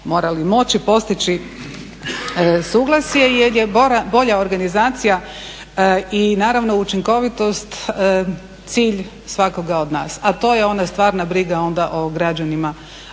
morali moći postići suglasje jer je bolja organizacija i naravno učinkovitost cilj svakoga od nas, a to je ona stvarna briga onda o građanima